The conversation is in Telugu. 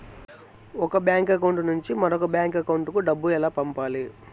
ఒక బ్యాంకు అకౌంట్ నుంచి మరొక బ్యాంకు అకౌంట్ కు డబ్బు ఎలా పంపాలి